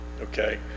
Okay